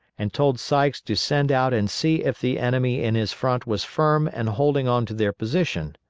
and told sykes to send out and see if the enemy in his front was firm and holding on to their position.